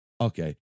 okay